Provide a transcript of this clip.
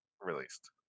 released